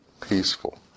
peaceful